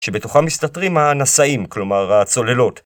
שבתוכם מסתתרים הנשאים, כלומר הצוללות.